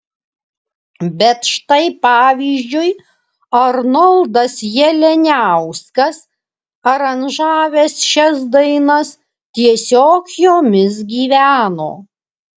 bet štai pavyzdžiui arnoldas jalianiauskas aranžavęs šias dainas tiesiog jomis gyveno